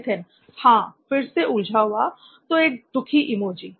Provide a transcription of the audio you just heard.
नित्थिन हां फिर से उलझा हुआ तो एक दुखी इमोजी